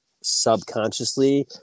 subconsciously